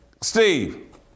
Steve